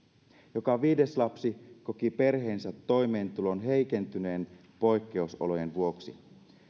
joka viides lapsi koki perheensä toimeentulon heikentyneen poikkeusolojen vuoksi